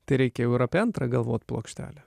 tai reikia jau ir apie antrą galvot plokštelę